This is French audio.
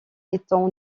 étant